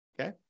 Okay